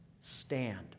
stand